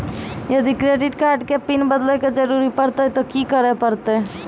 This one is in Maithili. यदि क्रेडिट कार्ड के पिन बदले के जरूरी परतै ते की करे परतै?